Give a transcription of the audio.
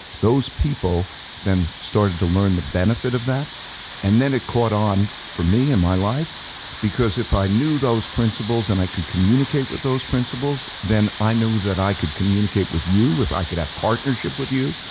those people then started to learn the benefit of that and then it caught on for me in my life because if i knew those principles and i could communicate with those principles, then i knew that i could communicate with you, if i could have partnership with you,